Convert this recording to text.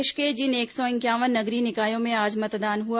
प्रदेश के जिन एक सौ इंक्यावन नगरीय निकायों में आज मतदान हुआ